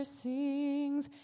sings